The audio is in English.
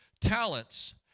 talents